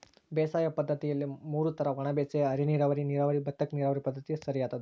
ಬೇಸಾಯ ಪದ್ದತಿಯಲ್ಲಿ ಮೂರು ತರ ಒಣಬೇಸಾಯ ಅರೆನೀರಾವರಿ ನೀರಾವರಿ ಭತ್ತಕ್ಕ ನೀರಾವರಿ ಪದ್ಧತಿ ಸರಿಯಾದ್ದು